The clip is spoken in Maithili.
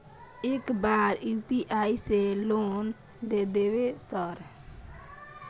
एक बार यु.पी.आई से लोन द देवे सर?